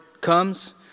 comes